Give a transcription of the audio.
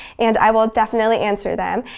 and i will definitely answer them.